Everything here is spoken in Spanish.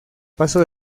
paso